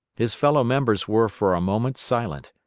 his fellow members were for a moment silent.